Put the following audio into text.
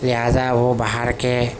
لہٰذا وہ باہر کے